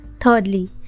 Thirdly